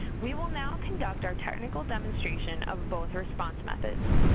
we will now conduct our technical demonstration of both response methods.